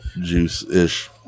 juice-ish